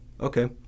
Okay